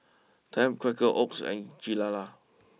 Tempt Quaker Oats and Gilera